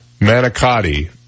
manicotti